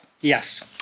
Yes